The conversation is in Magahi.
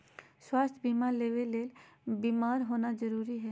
स्वास्थ्य बीमा लेबे ले बीमार होना जरूरी हय?